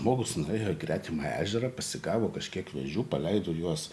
žmogus nuėjo į gretimą ežerą pasigavo kažkiek vėžių paleido juos